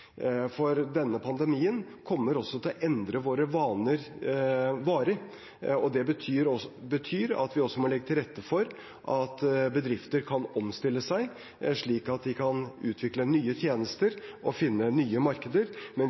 å endre våre vaner varig. Det betyr at vi også må legge til rette for at bedrifter kan omstille seg, slik at de kan utvikle nye tjenester og finne nye markeder, men